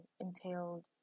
entailed